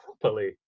properly